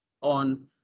on